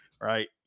right